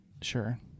Sure